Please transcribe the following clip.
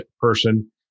person